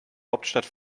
hauptstadt